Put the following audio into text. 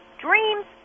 dreams